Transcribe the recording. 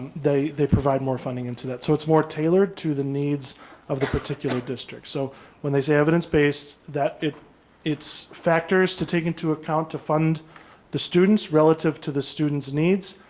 they they provide more funding into that. so it's more tailored to the needs of the district. so when they say evidence-based that it its factors to take into account to fund the students relative to the students needs,